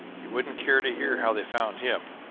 you wouldn't care to hear how they found him.